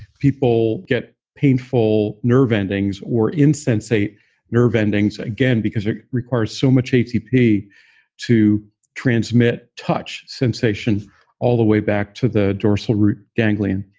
people get painful nerve endings or insensate nerve endings again because it requires so much atp to transmit touch sensation all the way back to the dorsal root ganglion.